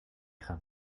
gaan